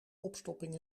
opstopping